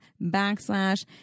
backslash